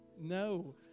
No